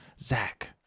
Zach